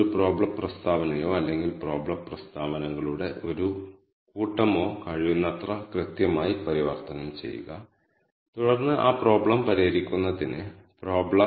കൂടാതെ ട്രിപ്പ് ക്ലസ്റ്ററുകളിൽ നിന്ന് നിങ്ങൾക്ക് കാണാൻ കഴിയുന്ന മറ്റ് ഘടകങ്ങൾ ഏതൊക്കെയാണെന്നത് ഇത് നൽകും